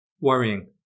worrying